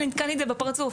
וניתקה לי בפרצוף.